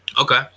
Okay